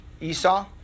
Esau